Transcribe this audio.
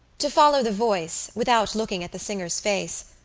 to follow the voice, without looking at the singer's face,